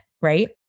right